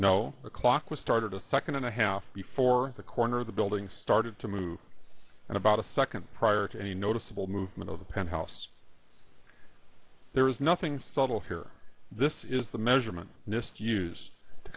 the clock was started a second and a half before the corner of the building started to move and about a second prior to any noticeable movement of the penthouse there is nothing subtle here this is the measurement nist use to